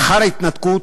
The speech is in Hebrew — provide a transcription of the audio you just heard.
לאחר ההתנתקות,